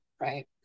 Right